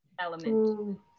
element